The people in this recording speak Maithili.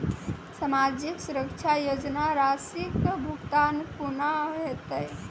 समाजिक सुरक्षा योजना राशिक भुगतान कूना हेतै?